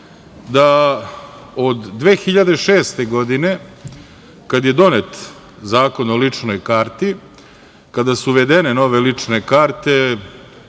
da od 2006. godine, kad je donet Zakon o ličnoj karti, kada su uvedene nove lične karte